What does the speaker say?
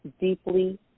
deeply